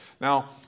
Now